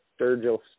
Sturgill